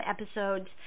episodes